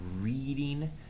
reading